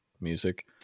music